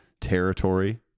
territory